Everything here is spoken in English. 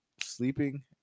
sleeping